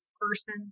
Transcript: person